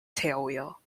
tailwheel